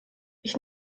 ich